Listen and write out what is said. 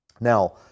Now